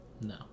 no